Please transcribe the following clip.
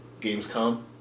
Gamescom